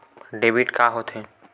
Debit का होथे?